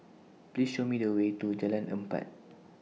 Please Show Me The Way to Jalan Empat